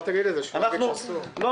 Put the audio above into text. אל